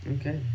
okay